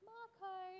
Marco